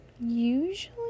usually